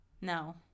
No